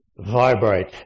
vibrate